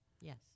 yes